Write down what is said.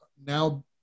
now